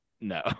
no